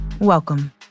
welcome